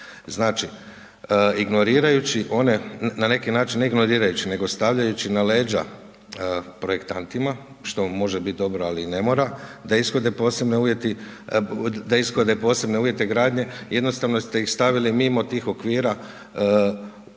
Znači ignorirajući one, na neki način ne ignorirajući nego stavljajući na leđa projektantima što može biti dobro, al' i ne mora, da ishode posebne uvjete gradnje, jednostavno ste ih stavili mimo tih okvira odnosno